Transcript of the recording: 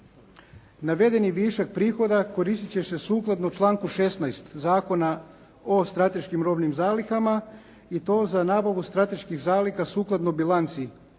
Navedeni višak prihoda koristiti će se sukladno članku 16. Zakona o strateškim robnim zalihama i to za nabavu strateških zaliha sukladno bilanci u iznosu